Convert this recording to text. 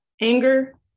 anger